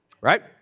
Right